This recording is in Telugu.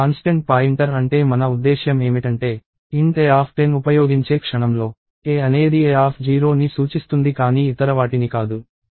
కాన్స్టెంట్ పాయింటర్ అంటే మన ఉద్దేశ్యం ఏమిటంటే int a10 ఉపయోగించే క్షణంలో a అనేది a0 ని సూచిస్తుంది కానీ ఇతరవాటిని కాదు